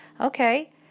Okay